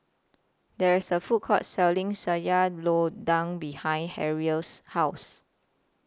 There IS A Food Court Selling Sayur Lodeh behind Harrell's House